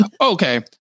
Okay